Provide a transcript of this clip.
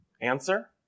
Answer